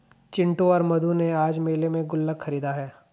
चिंटू और मधु ने आज मेले में गुल्लक खरीदा है